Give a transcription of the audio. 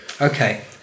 Okay